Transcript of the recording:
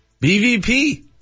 BVP